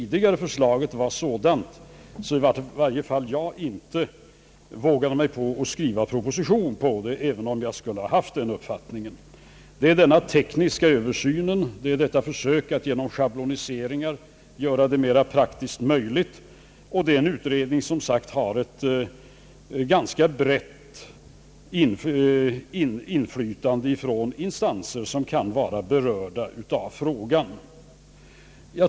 Det tidigare förslaget var sådant att i varje fall jag inte vågade mig på att skriva en proposition på det, även om min uppfattning skulle ha Ööverensstämt med det. Det är fråga om en teknisk översyn som genom schabloniseringar skall försöka göra förslaget mera praktiskt möjligt att tillämpa. Inom utredningen förekommer, såsom jag nämnt, ett ganska brett inflytande från instanser som kan vara berörda av frågan.